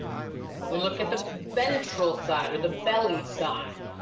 but we look at the ventral side or the belly side.